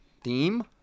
theme